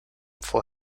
for